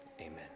amen